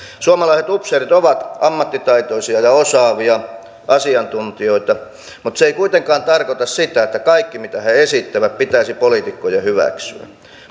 suomalaiset upseerit ovat ammattitaitoisia ja osaavia asiantuntijoita mutta se ei kuitenkaan tarkoita sitä että kaikki mitä he esittävät pitäisi poliitikkojen hyväksyä